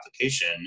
application